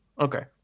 Okay